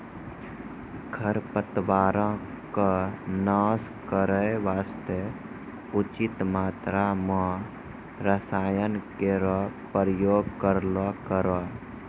खरपतवारो क नाश करै वास्ते उचित मात्रा म रसायन केरो प्रयोग करलो करो